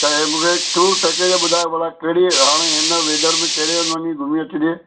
त मूंखे tour package ॿुधायो भला कहिड़ी हाणे हिन वेदर में कहिड़े हंदि वञी घुमी अचिजे